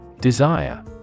Desire